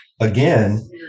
again